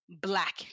black